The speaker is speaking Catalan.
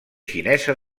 xinesa